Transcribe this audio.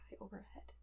overhead